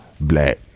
black